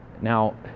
now